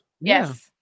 Yes